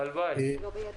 הלוואי.